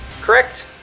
correct